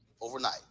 Overnight